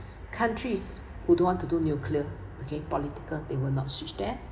countries who don't want to do nuclear okay political they will not switch there